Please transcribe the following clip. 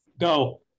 go